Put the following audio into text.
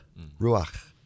Ruach